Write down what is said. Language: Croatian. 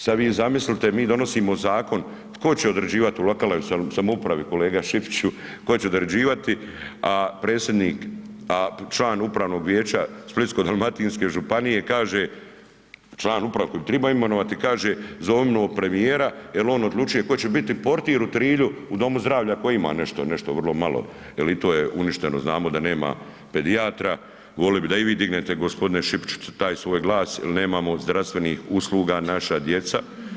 Sad vi zamislite mi donosimo zakon tko će određivat u lokalnoj samoupravi kolega Šipiću, tko će određivati, a predsjednik, a član upravnog vijeća Splitsko-dalmatinske županije kaže, član uprave koji bi tribao imenovati kaže, zovnimo premijera jer on odlučuje tko će biti portir u Trilju u domu zdravlja koji ima nešto, nešto vrlo malo jel i to je uništeno, znamo da nema pedijatra, volio bi da i vi dignete gospodine Šipiću taj svoj glas jer nemamo zdravstvenih usluga, naša djeca.